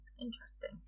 interesting